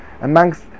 Amongst